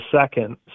second